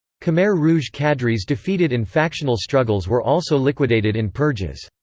khmer rouge cadres defeated in factional struggles were also liquidated in purges.